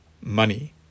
money